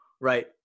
right